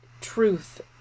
truth